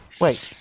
Wait